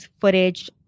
footage